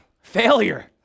Failure